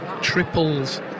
triples